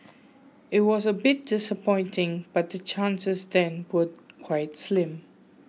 it was a bit disappointing but the chances then were quite slim